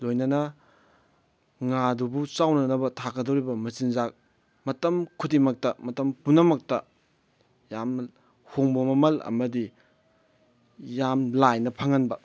ꯂꯣꯏꯅꯅ ꯉꯥꯗꯨꯕꯨ ꯆꯥꯎꯅꯅꯕ ꯊꯥꯛꯀꯗꯧꯔꯤꯕ ꯃꯆꯤꯟꯖꯥꯛ ꯃꯇꯝ ꯈꯨꯗꯤꯡꯃꯛꯇ ꯃꯇꯝ ꯄꯨꯝꯅꯃꯛꯇ ꯌꯥꯝꯅ ꯍꯣꯡꯕ ꯃꯃꯜ ꯑꯃꯗꯤ ꯌꯥꯝ ꯂꯥꯏꯅ ꯐꯪꯍꯟꯕ